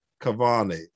Cavani